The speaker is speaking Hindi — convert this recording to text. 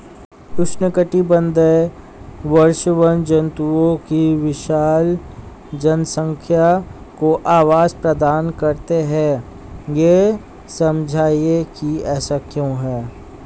उष्णकटिबंधीय वर्षावन जंतुओं की विशाल जनसंख्या को आवास प्रदान करते हैं यह समझाइए कि ऐसा क्यों है?